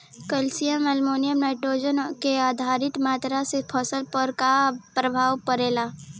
Calcium ammonium nitrate के अधिक मात्रा से फसल पर का प्रभाव परेला?